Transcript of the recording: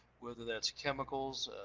whether that's chemicals,